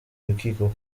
urukiko